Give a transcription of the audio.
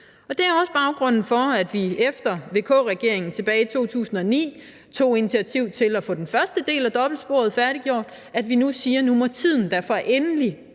Det er også baggrunden for, at vi, efter at VK-regeringen tilbage i 2009 tog initiativ til at få den første del af dobbeltsporet færdiggjort, siger, at nu må tiden da endelig